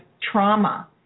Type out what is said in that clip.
trauma